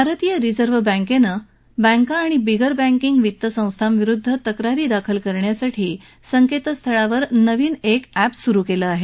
भारतीय रिझर्व्ह बँकेनं बँका आणि बिगर बँकेंग वित्त संस्थांविरुद्ध तक्रारी दाखल करण्यासाठी आपल्या संकेतस्थळावर एक नवीन अध्यपुरु केला आहे